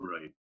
right